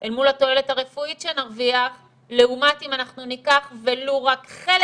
אל מול התועלת הרפואית שנרוויח לעומת אם אנחנו ניקח ולו רק חלק